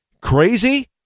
Crazy